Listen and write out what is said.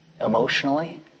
emotionally